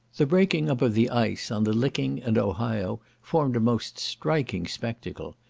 the breaking up of the ice, on the licking and ohio, formed a most striking spectacle.